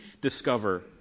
discover